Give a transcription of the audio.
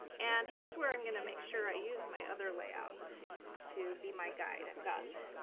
and here's where i'm gonna make sure i use my other layout to be my guide. i've got